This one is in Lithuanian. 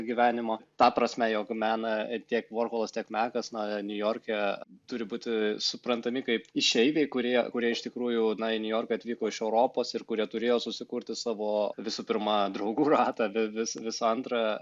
gyvenimo ta prasme jog meną ir tiek vorholas tiek mekas na niujorke turi būti suprantami kaip išeiviai kurie kurie iš tikrųjų na į niujorką atvyko iš europos ir kurie turėjo susikurti savo visų pirma draugų ratą vi vis visų antra